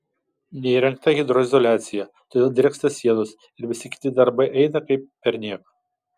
neįrengta hidroizoliacija todėl drėksta sienos ir visi kiti darbai eina kaip ir perniek